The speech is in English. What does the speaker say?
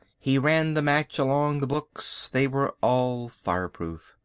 he ran the match along the books. they were all fireproof.